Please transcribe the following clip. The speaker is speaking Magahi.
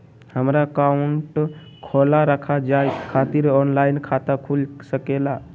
हमारा अकाउंट खोला रखा जाए खातिर ऑनलाइन खाता खुल सके ला?